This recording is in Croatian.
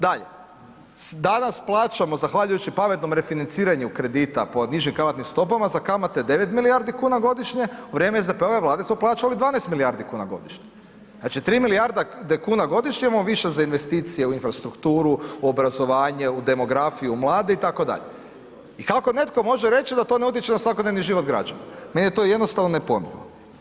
Dalje, danas plaćamo zahvaljujući pametnom refinanciranju kredita po nižim kamatnim stopama, za kamate 9 milijardi kuna godišnje, u vrijeme SDP-ove Vlade smo plaćali 12 milijardi kuna godišnje, znači 3 milijarde kuna godišnje imamo više za investicije u infrastrukturu, u obrazovanje, u demografiju, u mlade i tako dalje, i kako netko može reći da to ne utječe na svakodnevni život građana, meni je to jednostavno nepojmljivo.